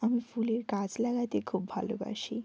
আমি ফুলের গাছ লাগাতে খুব ভালোবাসি